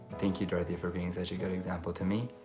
thank you dorthy for being such a good example to me.